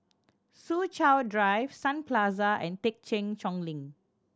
Soo Chow Drive Sun Plaza and Thekchen Choling